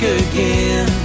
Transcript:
again